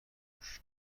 موش